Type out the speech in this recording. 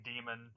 demon